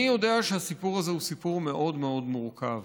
אני יודע שהסיפור הזה הוא סיפור מאוד מאוד מורכב,